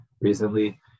recently